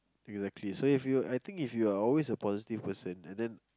you're actually so if you're I think if you are always a positive person and then